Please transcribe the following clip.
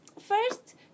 First